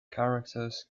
characters